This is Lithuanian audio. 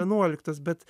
vienuoliktos bet